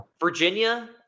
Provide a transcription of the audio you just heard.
Virginia